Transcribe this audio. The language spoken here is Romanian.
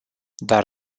dar